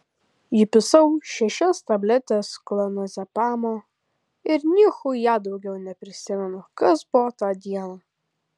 įpisau šešias tabletes klonazepamo ir nichuja daugiau neprisimenu kas buvo tą dieną